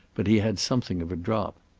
but he had something of a drop.